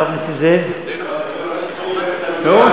בבקשה.